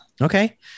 Okay